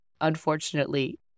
unfortunately